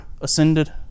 ascended